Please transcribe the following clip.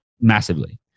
massively